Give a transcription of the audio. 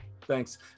Thanks